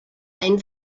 ein